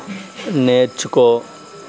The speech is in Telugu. నేర్చుకో